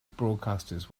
broadcasters